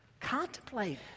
Contemplate